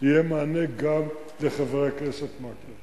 יהיה מענה גם לחבר הכנסת מקלב.